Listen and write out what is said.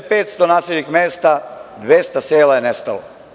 Od 4500 naseljenih mesta 200 sela je nestalo.